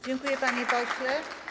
Dziękuję, panie pośle.